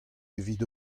evit